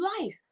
life